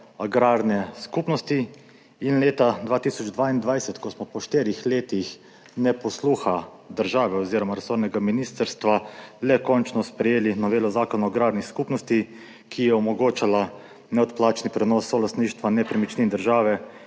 agrarne skupnosti, in leta 2022, ko smo po štirih letih neposluha države oziroma resornega ministrstva le končno sprejeli novelo Zakona o agrarni skupnosti, ki je omogočala neodplačni prenos solastništva nepremičnin države